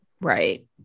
Right